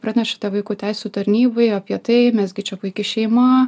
pranešate vaikų teisių tarnybai apie tai mes gi čia puiki šeima